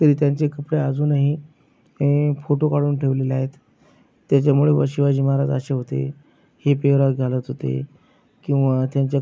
तरी त्यांचे कपडे अजूनही हे फोटो काढून ठेवलेले आहेत त्याच्यामुळे व शिवाजी महाराज असे होते हे पेहराव घालत होते किंवा